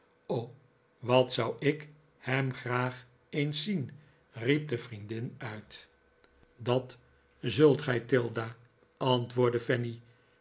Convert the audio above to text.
wat zou ik hem graag eens zien riep de vriendin uit dat zult gij tilda